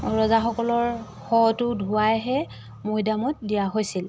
ৰজাসকলৰ শটো ধোৱাইহে মৈদামত দিয়া হৈছিল